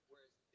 Whereas